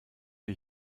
die